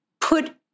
put